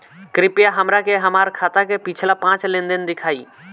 कृपया हमरा के हमार खाता के पिछला पांच लेनदेन देखाईं